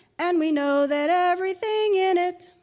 and we know that everything in it